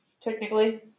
Technically